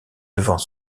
devant